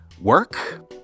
work